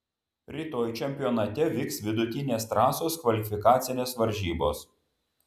rytoj čempionate vyks vidutinės trasos kvalifikacinės varžybos